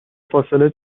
فاصله